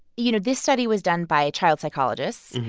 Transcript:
you know, this study was done by child psychologists.